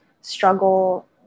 struggle